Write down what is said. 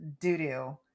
doo-doo